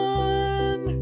one